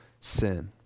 sin